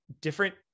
different